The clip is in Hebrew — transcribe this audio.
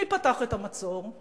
מי פתח את המצור?